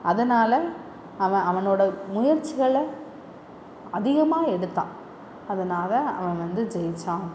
அதனால் அவன் அவனோட முயற்சிகளை அதிகமாக எடுத்தான் அதனால் அவன் வந்து ஜெய்யிச்சான்